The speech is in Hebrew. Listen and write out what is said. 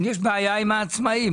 יש בעיה עם העצמאים.